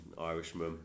Irishman